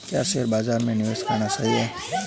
क्या शेयर बाज़ार में निवेश करना सही है?